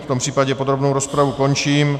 V tom případě podrobnou rozpravu končím.